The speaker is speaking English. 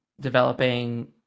developing